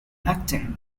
acting